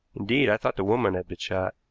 indeed, i thought the woman had been shot,